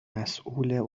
مسوول